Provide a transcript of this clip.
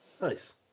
nice